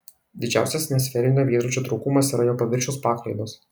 didžiausias nesferinio veidrodžio trūkumas yra jo paviršiaus paklaidos